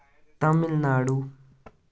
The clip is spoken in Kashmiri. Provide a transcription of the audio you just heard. تامِل ناڈوٗ